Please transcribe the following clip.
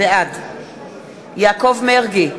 בעד יעקב מרגי,